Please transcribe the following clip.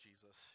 Jesus